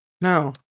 No